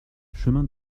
chemin